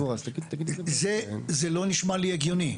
זה לא נשמע לי הגיוני.